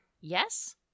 yes